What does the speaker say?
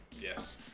Yes